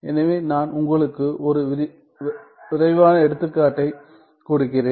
எனவே நான் உங்களுக்கு ஒரு விரைவான எடுத்துக்காட்டைக் கொடுக்கிறேன்